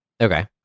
okay